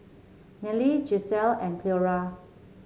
Neely Gisele and Cleora